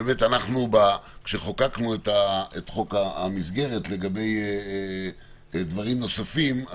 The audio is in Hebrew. שכשחוקקנו את חוק המסגרת לגבי דברים נוספים,